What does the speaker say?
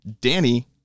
Danny